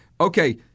okay